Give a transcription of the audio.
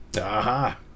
Aha